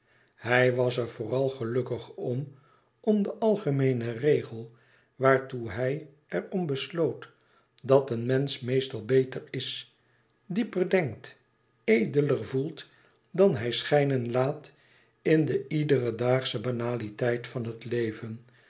hij was er vooral gelukkig om om den algemeenen regel waartoe hij er om besloot dat een mensch meestal beter is dieper denkt edeler voelt dan hij schijnen laat in de iederen daagsche banaliteit van het leven